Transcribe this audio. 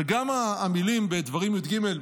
וגם המילים בדברים י"ג,